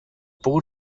pogut